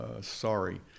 Sorry